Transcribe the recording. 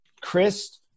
Chris